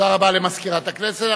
תודה רבה למזכירת הכנסת.